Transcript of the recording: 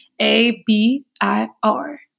A-B-I-R